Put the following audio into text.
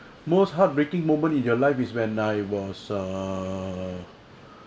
most heartbreaking moment in your life is when I was err